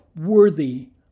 worthy